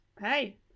hey